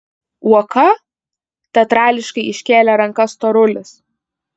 uoka teatrališkai iškėlė rankas storulis